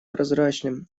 прозрачным